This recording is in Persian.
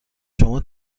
شما